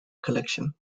collection